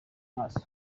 maso